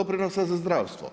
doprinosa za zdravstvo.